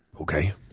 Okay